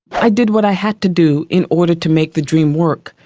i did what i had to do in order to make the dream work.